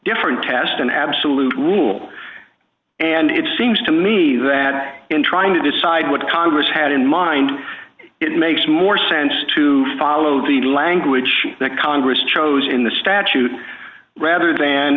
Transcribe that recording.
different test an absolute rule and it seems to me that in trying to decide what congress had in mind it makes more sense to follow the language that congress chose in the statute rather than